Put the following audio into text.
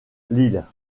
lille